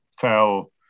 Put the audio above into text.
fell